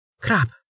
Crap